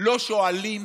לא שואלים: